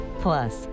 Plus